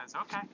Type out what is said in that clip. okay